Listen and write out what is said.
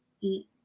eat